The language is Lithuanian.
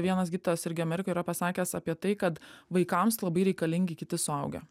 vienas gydytojas irgi amerikoj yra pasakęs apie tai kad vaikams labai reikalingi kiti suaugę